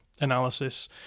analysis